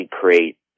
create